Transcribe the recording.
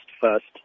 first